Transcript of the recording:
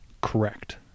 correct